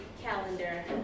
calendar